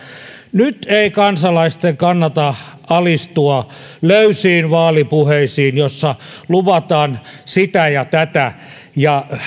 nyt ei kansalaisten kannata alistua löysiin vaalipuheisiin joissa luvataan sitä ja tätä ja